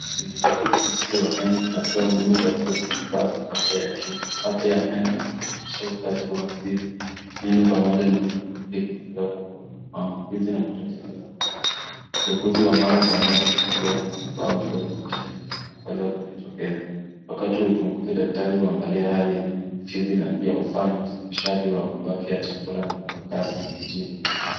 Inaonyesha uchunguzi wa meno na kutuo muhimu katika kuifadhi afya ya kinywa. Afya ya meno inahusisha usafi wa fizi, meno pamoja na ulimi ili kuzuia kuoza, maambukizi na matatizo ya fizi. Muuguzi wa mara kwa mara usaidia kugundua mapema matatizo yanaoweza kujitokeza. Wakati wa uchunguzi daktari uangalia hali ya meno, fizi na pia ufanya usafishaji wa mabaki ya chakula na ukakasi wa jino.